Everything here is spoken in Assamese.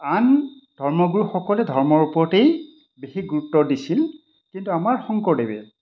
আন ধৰ্মগুৰুসকলে ধৰ্মৰ ওপৰতেই বিশেষ গুৰুত্ব দিছিল কিন্তু আমাৰ শংকৰদেৱে